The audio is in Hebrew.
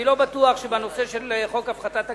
אני לא בטוח שבנושא של חוק הפחתת הגירעון,